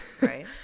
Right